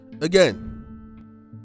again